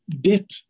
debt